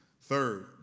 Third